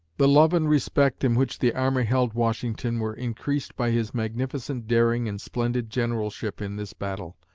the love and respect in which the army held washington were increased by his magnificent daring and splendid generalship in this battle.